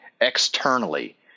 externally